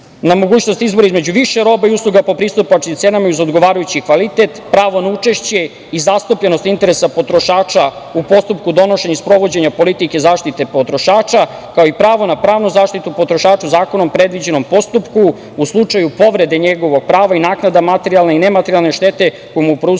na mogućnost izbora između više roba i usluga po pristupačnim cenama, uz odgovarajući kvalitet, pravo na učešće i zastupljenost interesa potrošača u postupku donošenja i sprovođenja politike zaštite potrošača, kao i pravo na pravnu zaštitu potrošača u zakonom predviđenom postupku u slučaju povrede njegovog prava i naknada materijalne i nematerijalne štete koju mu prouzrokuje